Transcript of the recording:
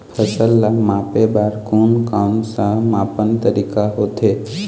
फसल ला मापे बार कोन कौन सा मापन तरीका होथे?